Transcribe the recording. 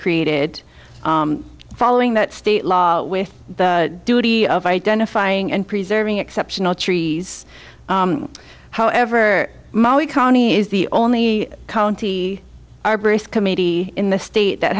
created following that state law with the duty of identifying and preserving exceptional trees however molly colony is the only county arborist committee in the state that